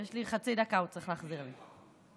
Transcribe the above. יש לי חצי דקה, הוא צריך להחזיר לי.